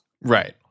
Right